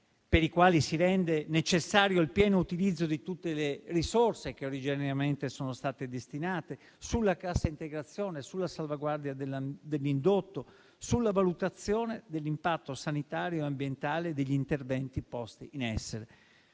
per i quali si rende necessario il pieno utilizzo di tutte le risorse che originariamente sono state destinate, sulla cassa integrazione, sulla salvaguardia dell'indotto, sulla valutazione dell'impatto sanitario ambientale e degli interventi posti in essere.